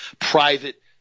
private –